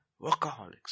workaholics